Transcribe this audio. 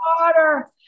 water